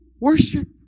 worship